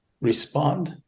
respond